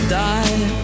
die